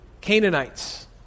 Canaanites